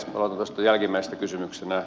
aloitan tuosta jälkimmäisestä kysymyksestä